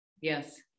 yes